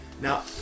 Now